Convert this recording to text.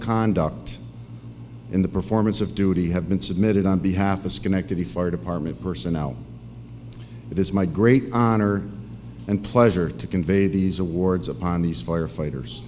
conduct in the performance of duty have been submitted on behalf of schenectady fire department personnel it is my great honor and pleasure to convey these awards upon these firefighters